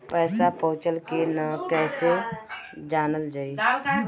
पैसा पहुचल की न कैसे जानल जाइ?